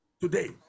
today